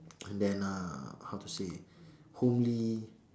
and then uh how to say homely